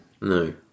No